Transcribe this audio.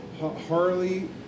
Harley